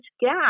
gap